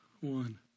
One